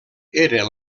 era